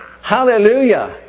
Hallelujah